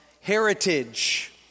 heritage